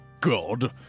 God